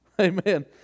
Amen